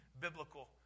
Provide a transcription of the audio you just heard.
biblical